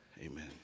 Amen